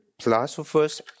philosophers